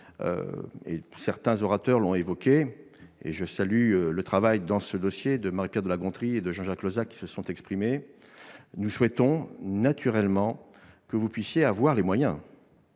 certains orateurs l'ont évoqué, et je salue le travail accompli sur ce dossier par Marie-Pierre de la Gontrie et Jean-Jacques Lozach, qui se sont exprimés -nous souhaitons naturellement que vous obteniez les moyens